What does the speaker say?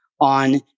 on